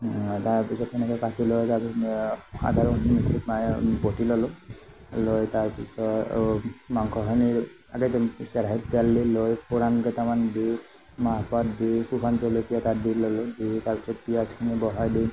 তাৰপিছত সেনেকে কাটি লৈ তাৰপিছত আদা ৰহুনখিনি মিক্সিত মাই বটি ললোঁ লৈ তাৰপিছত অঁ মাংসখিনি আগেয়ে কেৰাহীত তেল দি লৈ ফুৰাণ কেটামান দি মাহপাত দি শুকান জলকীয়া তাত দি ললোঁ দি তাৰপিছত পিঁয়াজখিনি বহাই দি